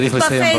צריך לסיים.